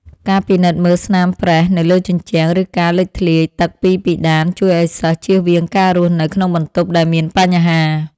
ការពិនិត្យមើលស្នាមប្រេះនៅលើជញ្ជាំងឬការលេចធ្លាយទឹកពីពិដានជួយឱ្យសិស្សជៀសវាងការរស់នៅក្នុងបន្ទប់ដែលមានបញ្ហា។